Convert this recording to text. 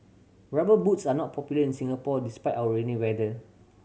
Rubber Boots are not popular in Singapore despite our rainy weather